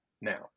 now